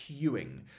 queuing